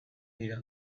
dira